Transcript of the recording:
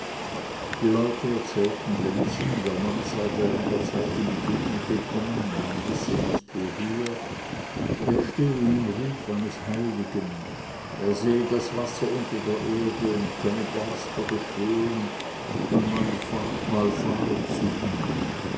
die leute erzählten lenzen der mann sei vor langer zeit in die gegend gekommen man wisse nicht woher er stehe im ruf eines heiligen er sehe das wasser unter der erde und könne geister beschwören und man wallfahre zu ihm